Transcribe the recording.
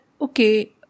okay